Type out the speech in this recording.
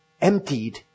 Emptied